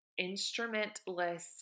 instrumentless